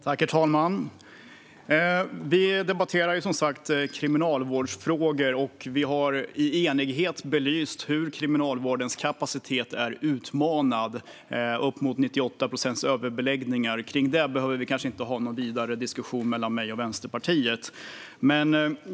Herr talman! Vi debatterar kriminalvårdsfrågor och har i enighet belyst hur Kriminalvårdens kapacitet är utmanad med uppemot 98 procents överbeläggningar. Kring det behöver vi kanske inte ha någon vidare diskussion mellan mig och Vänsterpartiet.